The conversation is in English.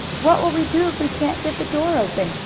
what will we do if we can't get the door open?